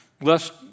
lest